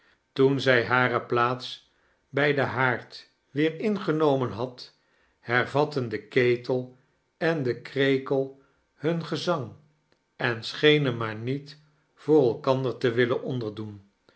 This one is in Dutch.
toeo zij hare plaats bij den haard weer ingenomien had hervatten de ketel en de krekel hun gezang en schenen maar ndet voor elkander te willen onderdoen